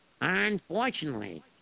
Unfortunately